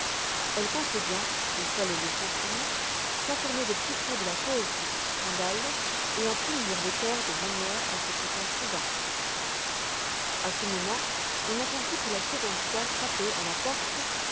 elle comptait bien une fois les leçons finies s'informer de plus près de la cause de ce scandale et en punir l'auteur de manière à ce qu'il s'en souvînt a ce moment on entendit pour la seconde foi frapper à la porte